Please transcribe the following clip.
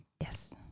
Yes